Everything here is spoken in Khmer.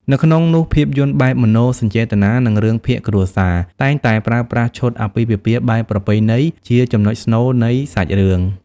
នៅក្នុងនោះភាពយន្តបែបមនោសញ្ចេតនា និងរឿងភាគគ្រួសារ តែងតែប្រើប្រាស់ឈុតអាពាហ៍ពិពាហ៍បែបប្រពៃណីជា ចំណុចស្នូលនៃសាច់រឿង។